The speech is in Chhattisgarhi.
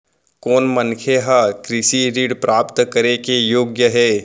कोन मनखे ह कृषि ऋण प्राप्त करे के योग्य हे?